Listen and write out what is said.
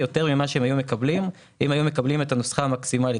יותר ממה שהם היו מקבלים אם היו מקבלים את הנוסחה המקסימלית.